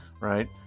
right